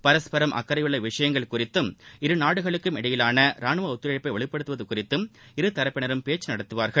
பரஸ்பரம் அக்கறையுள்ள விஷயங்கள் குறித்தும் இருநாடுகளுக்கும் இடையிலான ரானுவ ஒத்துழைப்பை வலுப்படுத்துவது குறித்தும் இருதரப்பினரும் பேச்சு நடத்துவார்கள்